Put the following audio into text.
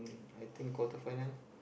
I think quarterfinals